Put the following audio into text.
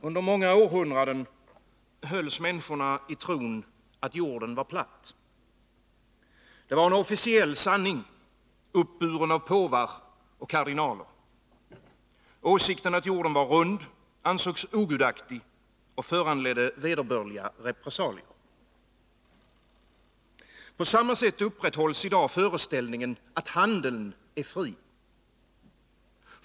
Herr talman! Under många århundraden hölls människorna i tron att jorden var platt. Det var en officiell sanning, uppburen av påvar och kardinaler. Åsikten att jorden var rund ansågs ogudaktig och föranledde vederbörliga repressalier. På samma sätt upprätthålls i dag föreställningen, att handeln är fri.